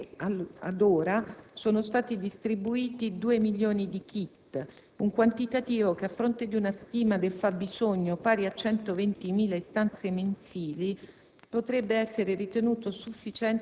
Poste Italiane Spa ha comunicato che ad ora sono stati distribuiti due milioni di *kit*; un quantitativo che, a fronte di una stima del fabbisogno, pari a 120.000 istanze mensili,